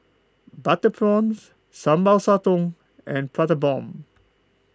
Butter Prawns Sambal Sotong and Prata Bomb